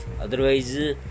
otherwise